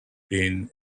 been